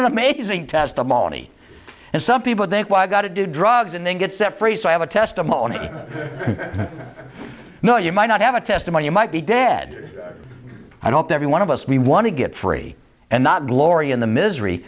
a testimony and some people think well i got to do drugs and then get set free so i have a testimony no you might not have a testimony you might be dad i hope every one of us we want to get free and not glory in the misery